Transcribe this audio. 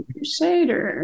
Crusader